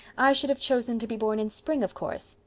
i should have chosen to be born in spring, of course.